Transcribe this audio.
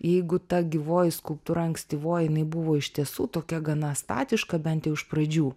jeigu ta gyvoji skulptūra ankstyvoji jinai buvo iš tiesų tokia gana statiška bent jau iš pradžių